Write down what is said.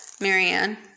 Marianne